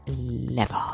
level